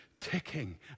ticking